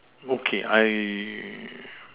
okay I